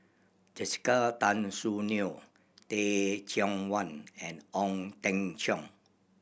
Jessica Tan Soon Neo Teh Cheang Wan and Ong Teng Cheong